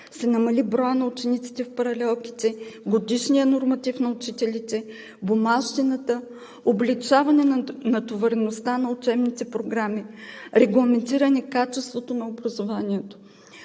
се намали броят на учениците в паралелките, годишният норматив на учителите, бумащината; облекчаване на натовареността на учебните програми; регламентиране качеството на образованието;